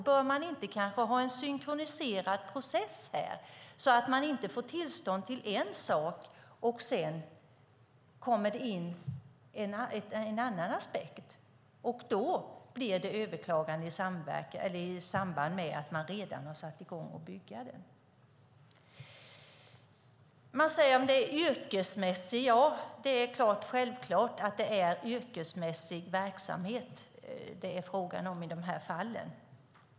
Bör vi kanske inte ha en synkroniserad process här så att man inte får tillstånd till en sak och att det sedan kommer in en annan aspekt? Då blir det överklagande i samband med att man redan har satt i gång att bygga. Det talas om att det ska vara yrkesmässigt. Det är självklart att det är yrkesmässig verksamhet det är fråga om i de här fallen.